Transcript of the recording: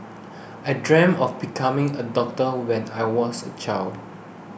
I dreamed of becoming a doctor when I was a child